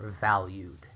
valued